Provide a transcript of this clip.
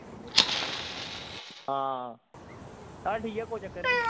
आं चल ठीक ऐ कोई चक्कर निं